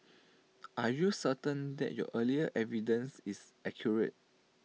are you certain that your earlier evidence is accurate